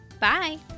Bye